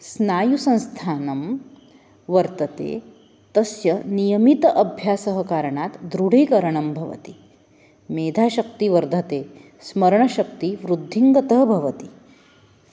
स्नायुसंस्थानं वर्तते तस्य नियमित अभ्यासकारणात् दृढीकरणं भवति मेधाशक्तिः वर्धते स्मरणशक्तिः वृद्धिङ्गता भवति